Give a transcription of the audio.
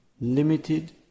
limited